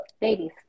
Babies